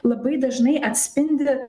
labai dažnai atspindi